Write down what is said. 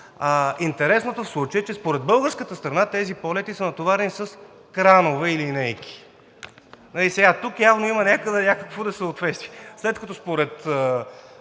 Интересното в случая е, че според българската страна тези самолети са натоварени с кранове и линейки! Явно има някъде някакво несъответствие,